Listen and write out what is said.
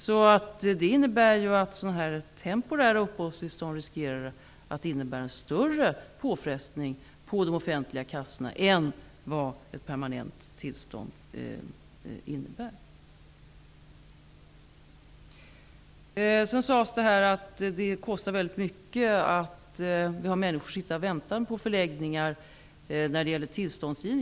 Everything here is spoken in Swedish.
Detta innebär att temporära uppehållstillstånd riskerar att innebära en större påfrestning för de offentliga kassorna än vad permanenta tillstånd innebär. Det sades att det kostar väldigt mycket att ha människor på förläggningar som sitter och väntar på tillstånd.